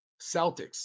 Celtics